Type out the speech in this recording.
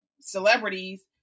celebrities